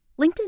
LinkedIn